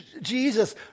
Jesus